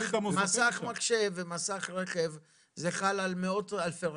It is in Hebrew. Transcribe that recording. מסך מחשב ומסך רכב זה חל על מאות אלפי רכבים.